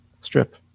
strip